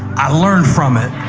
i learned from it.